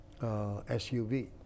SUV